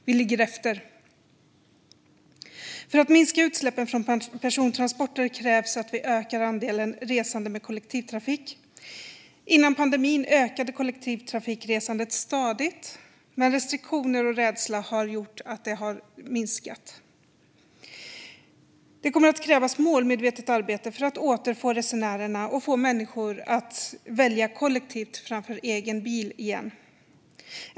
Vi ligger efter. För att minska utsläppen från persontransporter krävs att vi ökar andelen resande med kollektivtrafik. Innan pandemin ökade kollektivtrafikresandet stadigt, men restriktioner och rädsla har inneburit att resandet har minskat. Det kommer att krävas målmedvetet arbete för att återfå resenärerna och få människor att välja att åka kollektivt framför egen bil igen.